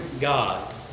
God